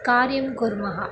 कार्यं कुर्मः